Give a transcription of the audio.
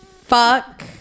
fuck